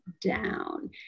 down